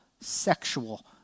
Sexual